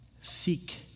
seek